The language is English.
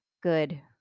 good